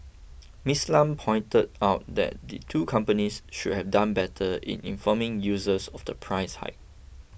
Miss Lam pointed out that the two companies could have done better in informing users of the price hike